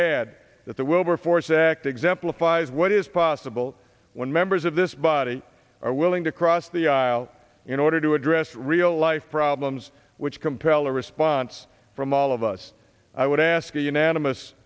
that the wilberforce act exemplifies what is possible when members of this body are willing to cross the aisle in order to address real life problems which compel a response from all of us i would ask a unanimous